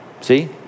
see